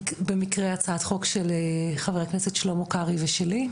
במקרה הצעת חוק של חבר הכנסת שלמה קערי ושלי,